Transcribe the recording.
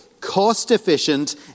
cost-efficient